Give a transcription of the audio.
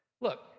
Look